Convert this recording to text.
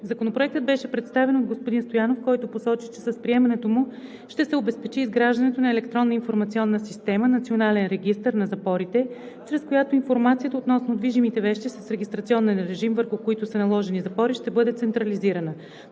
Законопроектът беше представен от господин Стоянов, който посочи, че с приемането му ще се обезпечи изграждането на електронна информационна система Национален регистър на запорите, чрез която информацията относно движимите вещи с регистрационен режим, върху които са наложени запори, ще бъде централизирана.